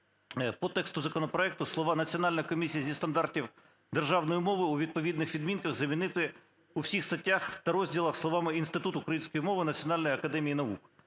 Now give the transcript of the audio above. по тексту законопроекту слова "Національна комісія зі стандартів державної мови" у відповідних відмінках замінити у всіх статтях та розділах словами "Інститут української мови Національної академії наук".